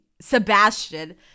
Sebastian